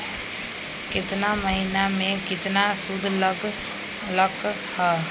केतना महीना में कितना शुध लग लक ह?